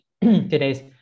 today's